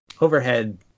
overhead